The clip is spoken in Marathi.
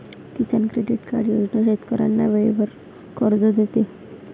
किसान क्रेडिट कार्ड योजना शेतकऱ्यांना वेळेवर कर्ज देते